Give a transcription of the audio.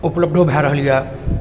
उपलब्धो भए रहल यऽ